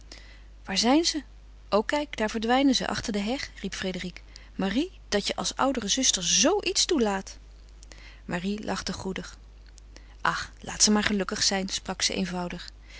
waar zijn ze o kijk daar verdwijnen ze achter die heg riep frédérique marie dat je als oudere zuster zoo iets toelaat marie lachte goedig ach laat ze maar gelukkig zijn sprak ze eenvoudig